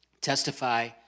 testify